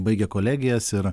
baigę kolegijas ir